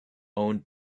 owned